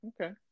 Okay